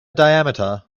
diameter